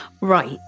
Right